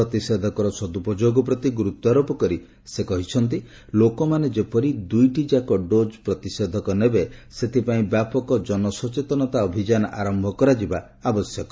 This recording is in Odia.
ପ୍ରତିଷେଧକର ସଦୁପଯୋଗ ପ୍ରତି ଗୁରୁତ୍ୱାରୋପ କରି ସେ କହିଛନ୍ତି ଲୋକମାନେ ଯେପରି ଦୁଇଟି ଯାକ ଡୋକ ପ୍ରତିଷେଧକ ନେବେ ସେଥିପାଇଁ ବ୍ୟାପକ ଜନସଚେତନତା ଅଭିଯାନ ଆରମ୍ଭ କରାଯିବା ଆବଶ୍ୟକ